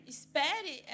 Espere